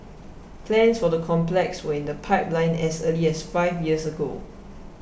plans for the complex were in the pipeline as early as five years ago